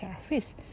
service